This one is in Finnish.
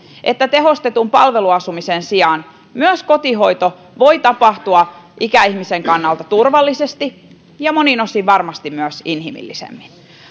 että tehostetun palveluasumisen sijaan myös kotihoito voi tapahtua ikäihmisen kannalta turvallisesti ja monin osin varmasti myös inhimillisemmin